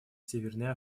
северной